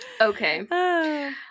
Okay